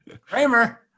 Kramer